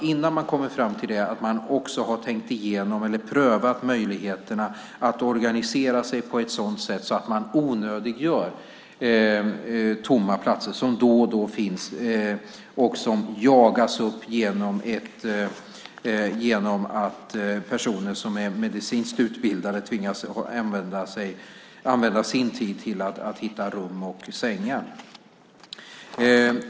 Innan man kommer fram till det bör man ha tänkt igenom eller prövat möjligheterna att organisera sig på ett sådant sätt att man onödiggör tomma platser, som då och då finns och som jagas upp genom att personer som är medicinskt utbildade tvingas använda sin tid till att hitta rum och sängar.